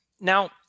Now